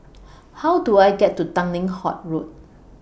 How Do I get to Tanglin Halt Road